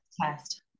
test